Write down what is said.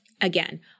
Again